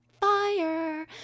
fire